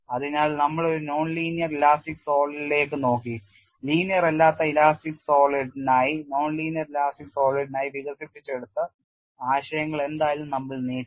അതിനാൽ നമ്മൾ ഒരു നോൺ ലീനിയർ ഇലാസ്റ്റിക് സോളിഡിലേക്ക് നോക്കി ലീനിയർ അല്ലാത്ത ഇലാസ്റ്റിക് സോളിഡിനായി വികസിപ്പിച്ചെടുത്ത ആശയങ്ങൾ എന്തായാലും നമ്മൾ നീട്ടി